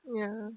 ya